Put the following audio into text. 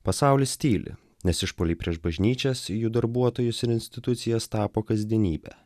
pasaulis tyli nes išpuoliai prieš bažnyčias jų darbuotojus ir institucijas tapo kasdienybe